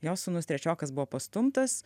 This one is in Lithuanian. jos sūnus trečiokas buvo pastumtas